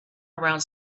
around